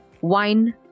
wine